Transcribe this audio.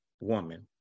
woman